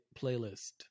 playlist